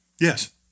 Yes